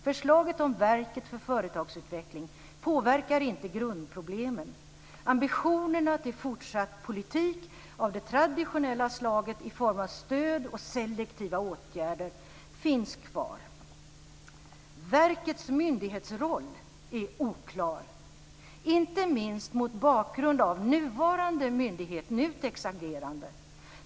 Förslaget om Verket för företagsutveckling påverkar inte grundproblemen. Ambitionerna till fortsatt politik av det traditionella slaget i form av stöd och selektiva åtgärder finns kvar. Verkets myndighetsroll är oklar, inte minst mot bakgrund av nuvarande myndighets, NUTEK:s, agerande.